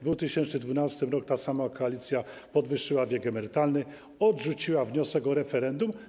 W 2012 r. ta sama koalicja podwyższyła wiek emerytalny, odrzuciła wniosek o referendum.